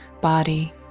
body